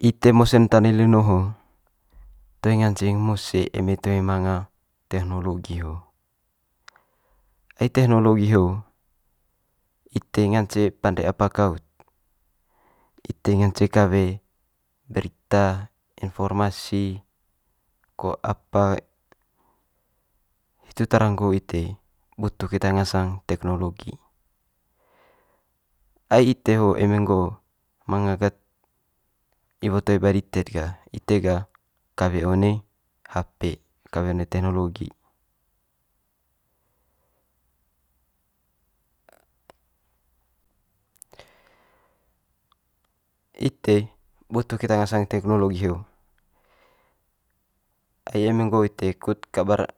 Ite mose one tana lino ho toe nganceng mose toe manga tekhnologi ho, ai tekhnologi ho ite ngance pande apa kaut, ite ngance kawe berita, informasi ko apa. Hitu tara nggo ite butuh keta ngasang tekhnologi, ai ite ho eme nggo manga ket iwo toe bae dite'd ga ite ga kawe one hape, kawe one tekhnologi. Ite butuh keta ngasang tekhnologi ho, ai eme nggo ite kut kabar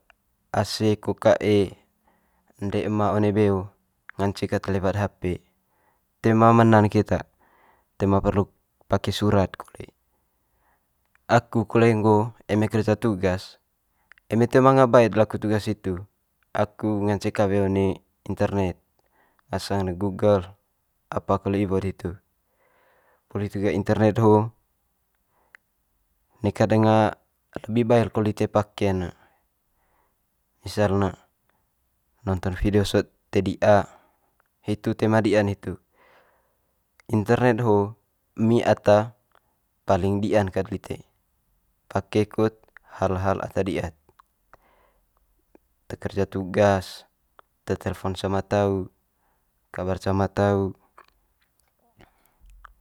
ase ko kae ende ema one beo ngance kat lewat hape. Toe ma mena'n keta, toe ma perlu pake surat kole. Aku kole nggo eme kerja tugas eme toe manga bae'd laku tugas hitu aku ngance kawe one internet, ngasang ne google apa kole iwo'd hitu. Poli hitu ga internet ho neka danga lebi bail kole lite pake ne misal ne nonton vidio sot toe dia, hitu toe ma di'an hitu. Internet ho emi ata paling di'an ket lite pake kut hal hal ata di'an te kerja tugas, te telfon sama tau, kabar cama tau.